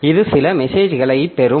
இது சில மெசேஜ்களைப் பெறும்